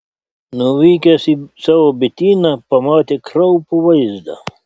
nuvykęs į savo bityną pamatė kraupų vaizdą